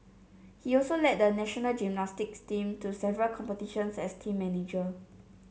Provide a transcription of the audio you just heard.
he also led the national gymnastics team to several competitions as team manager